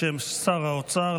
בשם שר האוצר,